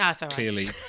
clearly